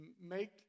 make